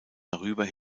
darüber